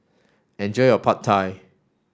enjoy your Pad Thai